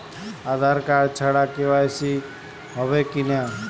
আধার card ছাড়া KYC হবে কিনা?